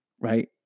right